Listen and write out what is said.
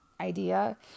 idea